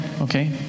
Okay